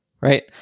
right